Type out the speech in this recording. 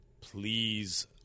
please